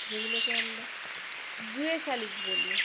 যেগুলোকে আমরা গুয়ে শালিক বলি